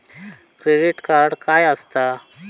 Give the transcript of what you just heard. Credit card काय असता?